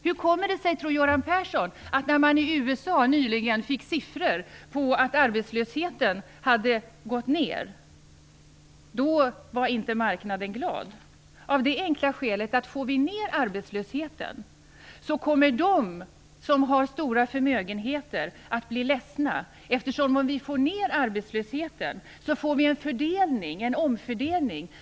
Hur kommer det sig, tror Göran Persson, att man inom marknaden, när man i USA nyligen fick siffror om att arbetslösheten hade gått ned, inte blev glad? Jo, om vi får ned arbetslösheten, kommer de som har stora förmögenheter att bli ledsna eftersom vi då får en omfördelning.